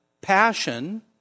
passion